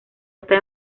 está